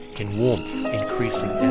in warmth increasing